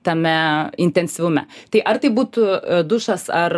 tame intensyvume tai ar tai būtų dušas ar